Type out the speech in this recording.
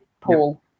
Paul